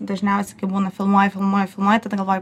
dažniausiai kai būna filmuoji filmuoji filmuoji tada galvoji